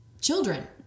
children